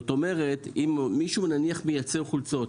כלומר אם מישהו מייצר חולצות,